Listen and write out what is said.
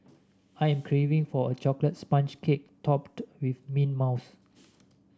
I am craving for a chocolate sponge cake topped with mint mousse